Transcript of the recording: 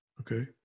Okay